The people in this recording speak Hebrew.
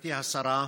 גברתי השרה,